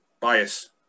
bias